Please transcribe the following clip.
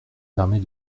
permet